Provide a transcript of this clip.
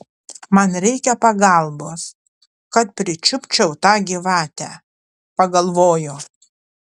man nereikia pagalbos kad pričiupčiau tą gyvatę pagalvojo